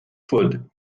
food